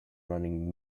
running